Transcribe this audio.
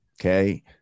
Okay